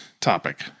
topic